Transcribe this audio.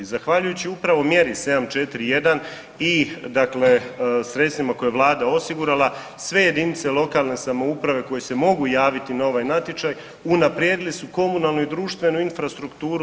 Zahvaljujući upravo mjeri 741 i dakle sredstvima koje je vlada osigurala sve jedinice lokalne samouprave koje se mogu javiti na ovaj natječaj unaprijedili su komunalnu i društvenu infrastrukturu.